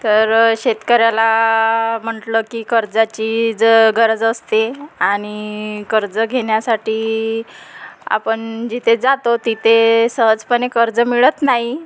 तर शेतकऱ्याला म्हटलं की कर्जाची ज गरज असते आणि कर्ज घेण्यासाठी आपण जिथे जातो तिथे सहजपणे कर्ज मिळत नाही